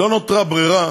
לא נותרה ברירה